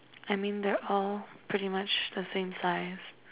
I mean they're all pretty much the same size